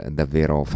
davvero